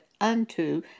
unto